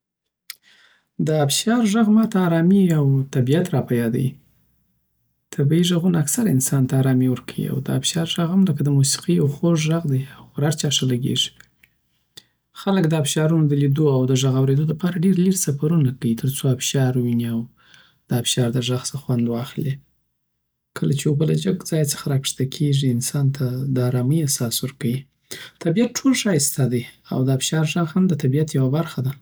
د آبشار غږ ما ته ارامي او طبیعت راپه یاد وی طبغی ږغونه اکثره انسان ته ارامی ورکوی او دابشار ږغ هم لکه د موسیقۍ یو خوږ ږغ دی او پرچا ښه لګیږی خلک دابشارونو دلیدو او ږغ اورید دپاره ډیر لیر سفر کوی ترڅو ابشار وونی او دابشار دږغ څخه خوند واخلی کله چی اوبه له جګ ځای څخه راکښته کیږی انسان ته د آرامی احساس ورکوی طبیعت ټول ښایسته دی او دابشار ږغ هم د طبیعت یوه برخه ده